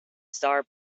star